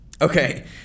Okay